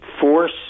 force